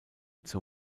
zur